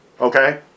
Okay